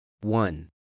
One